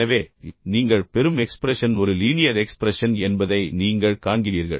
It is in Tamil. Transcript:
எனவே நீங்கள் பெறும் எக்ஸ்பிரஷன் ஒரு லீனியர் எக்ஸ்பிரஷன் என்பதை நீங்கள் காண்கிறீர்கள்